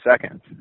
seconds